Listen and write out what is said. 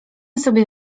sobie